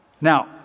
Now